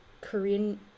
Korean